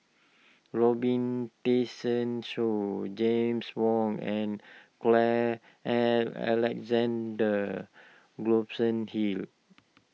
Robin Tessensohn James Wong and Carl Alexander Gibson Hill